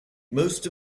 most